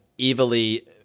evilly